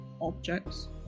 objects